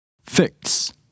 Fix